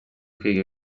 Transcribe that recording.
kwiga